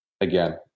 Again